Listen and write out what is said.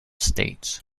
states